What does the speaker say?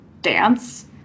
dance